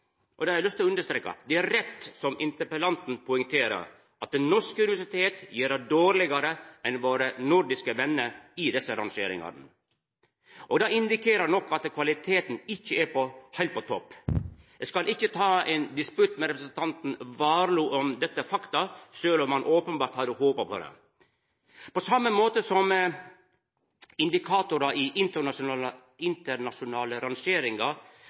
Eg har lyst til å understreka at det er rett – som interpellanten poengterer – at norske universitet gjer det dårlegare enn våre nordiske vener i desse rangeringane. Det indikerer nok at kvaliteten ikkje er heilt på topp. Eg skal ikkje ta ein disputt med representanten Warloe om dette er fakta, sjølv om han openbert hadde håpa på det. På same måten som indikatorar